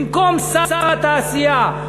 במקום שר התעשייה,